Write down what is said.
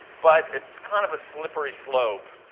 but it's kind of a slippery slope.